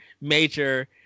Major